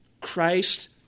Christ